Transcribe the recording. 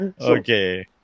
Okay